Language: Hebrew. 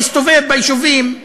להסתובב ביישובים,